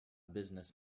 business